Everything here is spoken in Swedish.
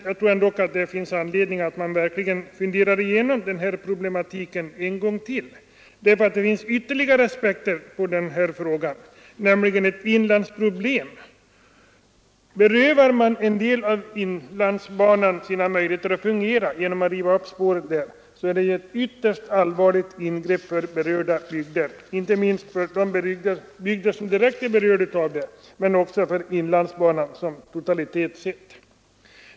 Jag tror emellertid att det verkligen finns anledning att man funderar igenom den här problematiken än en gång. Det finns nämligen ytterligare aspekter på denna fråga. Berövar man genom en upprivning av spåren en del av inlandsbanan sina möjligheter att fungera är det ett ytterst allvarligt ingrepp i berörda bygder. Det gäller främst de direkt berörda bygderna men också inlandsbanan som totalitet och helhet.